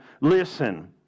listen